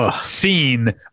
scene